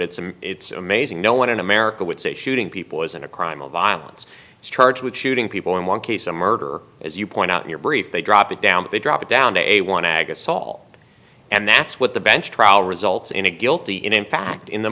and it's amazing no one in america would say shooting people isn't a crime of violence charge with shooting people in one case a murderer as you point out your brief they drop it down they drop it down to a one ag assault and that's what the bench trial results in a guilty in in fact in the